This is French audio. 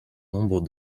nombre